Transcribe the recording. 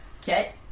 okay